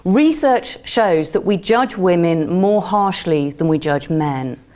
research shows that we judge women more harshly than we judge men.